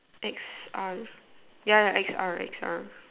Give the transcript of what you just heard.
X R yeah yeah X R X R